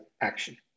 action